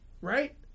Right